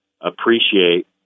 appreciate